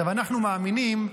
אנחנו מאמינים,